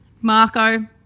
Marco